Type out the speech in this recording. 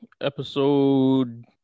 episode